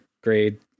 grade